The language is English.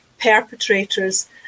perpetrators